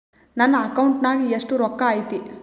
ನನ್ನ ಅಕೌಂಟ್ ನಾಗ ಎಷ್ಟು ರೊಕ್ಕ ಐತಿ?